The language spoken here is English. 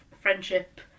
friendship